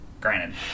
granted